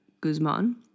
Guzman